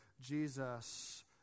Jesus